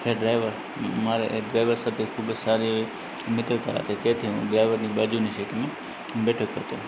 તે ડ્રાઇવર મારે એ ડ્રાઇવર સાથે ખૂબ જ સારી એવી મિત્રતા હતી તેથી હું ડ્રાઇવરની બાજુની સીટમાં બેઠક કરતો